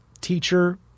teacher